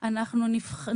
אינה זלצמן סמנכ"לית בכירה,